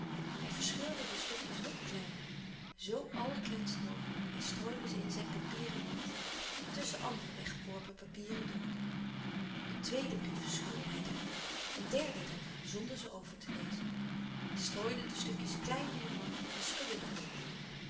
hij verscheurde de stukjes nog kleiner zoo allerkleinst mogelijk en strooide ze in zijn papierenmand tusschen andere weggeworpen papieren door een tweeden brief verscheurde hij daarna een derden daarna zonder ze over te lezen hij strooide de stukjes klein in de mand en schudde de mand